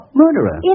murderer